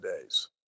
days